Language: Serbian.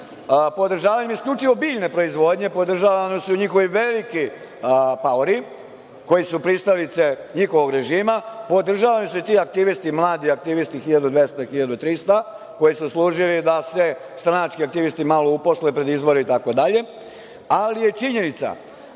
podržavanjem isključivo biljne proizvodnje podržavani su njihovi veliki paori koji su pristalice njihovog režima, podržavani su i ti mladi aktivisti 1.200, 1.300 koji su služili da se stranački aktivisti malo uposle pred izbore itd, ali činjenica